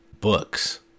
books